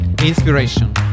Inspiration